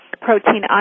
protein